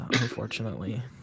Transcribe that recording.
unfortunately